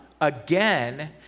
again